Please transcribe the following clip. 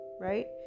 right